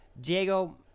Diego